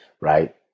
right